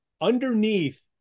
underneath